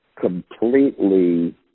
completely